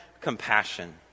compassion